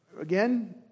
Again